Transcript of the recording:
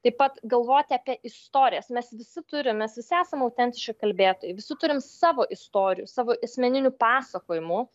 taip pat galvoti apie istorijas mes visi turim mes visi esam autentiški kalbėtojai visi turim savo istorijų savo asmeninių pasakojimų